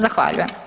Zahvaljujem.